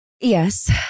Yes